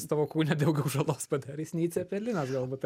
tavo kūne daugiau žalos padarys nei cepelinas galbūt